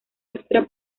extra